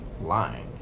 lying